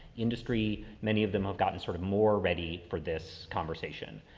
industry, many of them have gotten sort of more ready for this conversation.